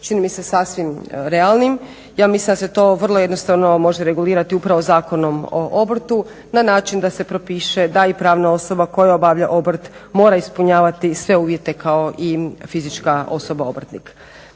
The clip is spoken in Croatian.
čini mi se sasvim realnim. Ja mislim da se to vrlo jednostavno može regulirati upravo Zakonom o obrtu na način da se propiše da i pravna osoba koja obavlja obrt mora ispunjavati sve uvjete kao i fizička osoba obrtnik.